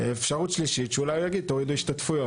אפשרות שלישית, שאולי הוא יגיד, תורידו השתתפויות.